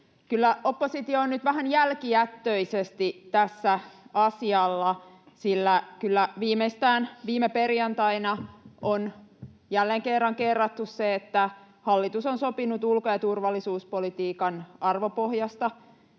oppositio on nyt vähän jälkijättöisesti tässä asialla, sillä kyllä viimeistään viime perjantaina on jälleen kerran kerrattu se, että hallitus on sopinut ulko- ja turvallisuuspolitiikan arvopohjasta: